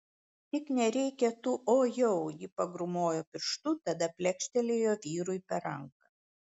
tik nereikia tų o jau ji pagrūmojo pirštu tada plekštelėjo vyrui per ranką